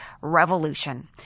revolution